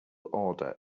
order